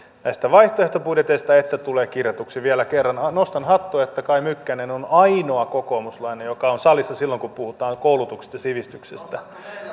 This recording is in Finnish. näistä vaihtoehtobudjeteista jotta tulee kirjatuksi vielä kerran nostan hattua että kai mykkänen on ainoa kokoomuslainen joka on salissa silloin kun puhutaan koulutuksesta ja sivistyksestä